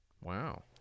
Wow